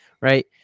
right